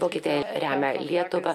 vokietija remia lietuvą